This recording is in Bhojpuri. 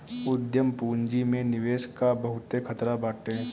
उद्यम पूंजी में निवेश कअ बहुते खतरा बाटे